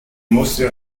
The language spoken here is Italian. mostre